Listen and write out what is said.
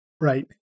Right